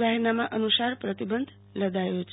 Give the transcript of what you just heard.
જાહેરનામા અનુસાર પ્રતિબંધ લદાયો છે